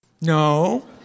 No